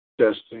Testing